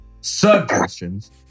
suggestions